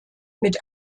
mit